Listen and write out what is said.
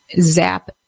zap